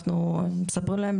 אנחנו מספרים להם,